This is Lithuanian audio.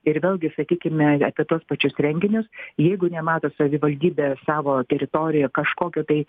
ir vėlgi sakykime apie tuos pačius renginius jeigu nemato savivaldybė savo teritorijoj kažkokio tai